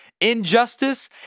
injustice